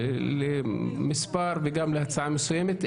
להתכנס למספר וגם להצעה מסוימת.